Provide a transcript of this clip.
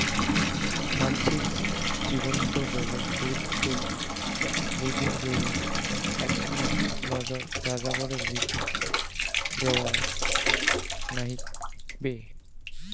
মানষির জীবনত জলের গুরুত্ব বুজির গেইলে এ্যাকনা নজর যাযাবরের ভিতি দ্যাওয়ার নাইগবে